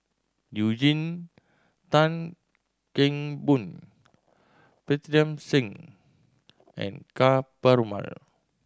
Eugene Tan Kheng Boon Pritam Singh and Ka Perumal